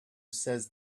says